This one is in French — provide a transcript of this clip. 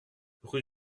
rue